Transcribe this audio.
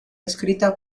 descrita